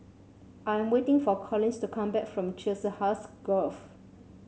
I am waiting for Collins to come back from Chiselhurst Grove